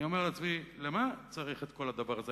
אני אומר לעצמי, למה צריך את כל הדבר הזה?